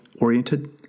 oriented